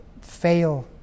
fail